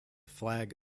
flag